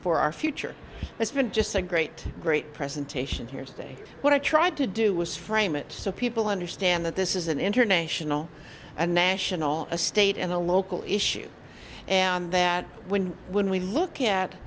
for our future it's been just a great great presentation here today what i tried to do was frame it so people understand that this is an international and national a state and a local issue and that when we when we look